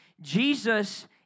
Jesus